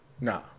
Nah